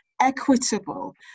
equitable